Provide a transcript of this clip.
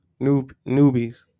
Newbies